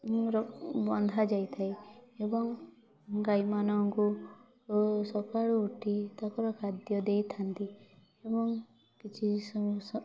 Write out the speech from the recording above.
ନେଇ ବନ୍ଧା ଯାଇଥାଏ ଏବଂ ଗାଈମାନଙ୍କୁ ସକାଳୁ ଉଠି ତାଙ୍କର ଖାଦ୍ୟ ଦେଇଥାନ୍ତି ଏବଂ କିଛି